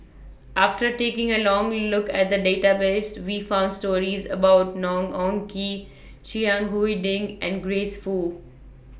after taking A Long Look At The Database We found stories about Ng Eng Kee Chiang Ding and Grace Fu